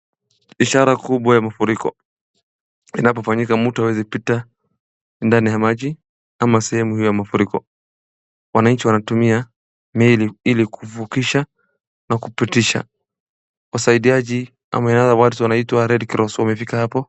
Ishara kubwa ya mafuriko, inapofanyika mtu hawezi pita ndani ya maji ama sehemu ya mafuriko. Wananchi wanatumia meli ili kuvukisha na kupitisha usaidiaji ama hawa watu wanaitwa red cross wamefika hapo.